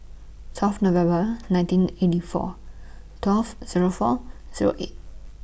twelve November nineteen eighty four twelve Zero four Zero eight